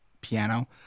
piano